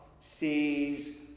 sees